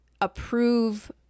approve